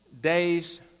day's